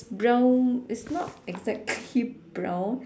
brown it's not exactly brown